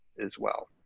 as well.